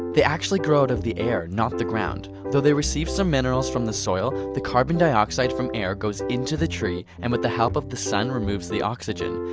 they actually grow out of the air, not the ground. though they recieve some minerals from the soil, the carbon dioxide from air goes into the tree and with the help of the sun removes the oxygen.